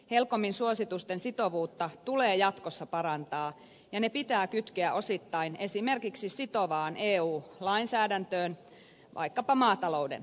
helcomin suositusten sitovuutta tulee jatkossa parantaa ja ne pitää kytkeä osittain esimerkiksi sitovaan eu lainsäädäntöön vaikkapa maatalouden osalta